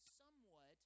somewhat